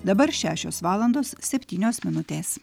dabar šešios valandos septynios minutės